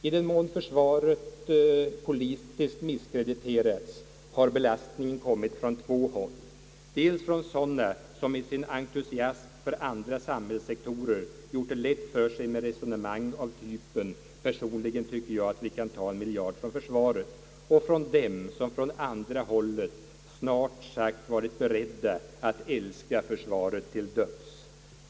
I den mån försvaret politiskt misskrediterats har belastningen kommit från två håll, dels från sådana som i sin entusiasm för andra samhällssektorer gjort det lätt för sig med resonemang av typen »personligen tycker jag att vi kan ta en miljard från försvaret», dels från dem som på andra håll snart sagt varit beredda att älska försvaret till döds.